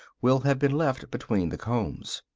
will have been left between the combs.